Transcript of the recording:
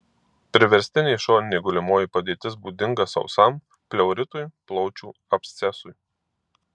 priverstinė šoninė gulimoji padėtis būdinga sausam pleuritui plaučių abscesui